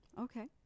Okay